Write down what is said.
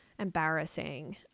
Embarrassing